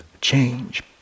change